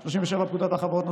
37. פקודת החברות ,